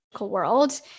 world